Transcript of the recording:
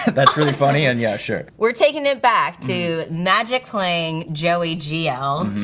that's really funny and yeah, sure. we're taking it back to magic playing joey gl.